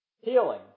Healing